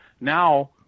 Now